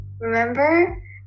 remember